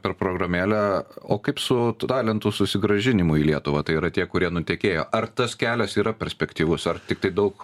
per programėlę o kaip su talentų susigrąžinimu į lietuvą tai yra tie kurie nutekėjo ar tas kelias yra perspektyvus ar tiktai daug